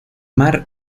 mar